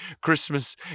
Christmas